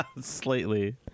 Slightly